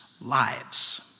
lives